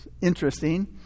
interesting